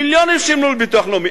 מיליונים שילמו לביטוח לאומי.